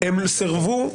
הם סירבו.